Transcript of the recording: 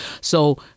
So-